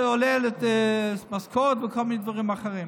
שעולה למשכורת ולכל מיני דברים אחרים.